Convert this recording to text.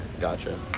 Gotcha